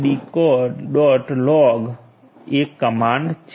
log" એ command છે